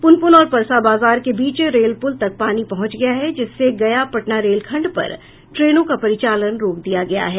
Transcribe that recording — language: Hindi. पुनपुन और परसा बाजार के बीच रेल पुल तक पानी पहुंच गया है जिससे गया पटना रेलखंड पर ट्रेनों का परिचालन रोक दिया गया है